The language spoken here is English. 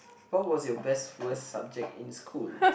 what was your best worst subject in school